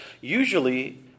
usually